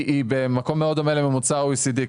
היא במקום מאוד דומה לממוצע ה-OECD.